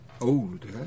older